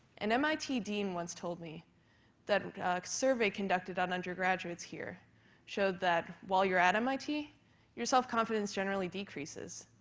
an mit dean once told me that a survey conducted on undergraduates here showed that while you're at mit your self-confidence generally decreases,